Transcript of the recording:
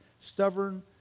stubborn